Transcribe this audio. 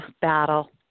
battle